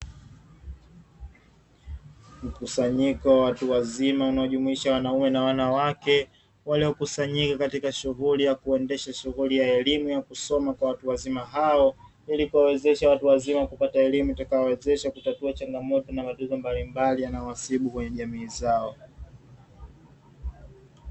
Mkusanyika watu wazima unaojumuisha wanaume na wanawake waliokusanyika katika shughuli ya kuendesha shughuli ya elimu ya kusoma kwa watu wazima hao, ili kuwawezesha watu wazima kupata elimu itakayowawezesha kutatua changamoto na matatizo mbalimbali yanayowasibu kwenye jamii zao.